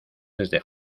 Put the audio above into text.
desde